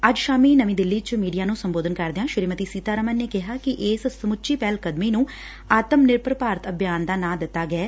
ਅੱਜ ਸ਼ਾਮੀ ਨਵੀ ਦਿੱਲੀ ਚ ਮੀਡੀਆ ਨੂੰ ਸੰਬੋਧਨ ਕਰਦਿਆ ਸ੍ਰੀਮਤੀ ਸੀਤਾਰਮਨ ਨੇ ਕਿਹਾ ਕਿ ਸਮੱਚੀ ਪਹਿਲ ਕਦਮੀ ਨੂੰ ਆਤਮ ਨਿਰਭਰ ਭਾਰਤ ਅਭਿਯਾਨ ਦਾ ਨਾਂ ਦਿੱਤਾ ਗਿਐ